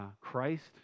Christ